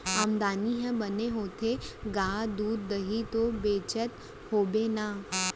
आमदनी ह बने होथे गा, दूद, दही तो बेचत होबे ना?